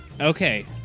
Okay